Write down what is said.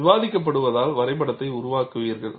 விவாதிக்கப்படுவதால் வரைபடத்தை உருவாக்குகிறீர்கள்